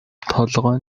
толгой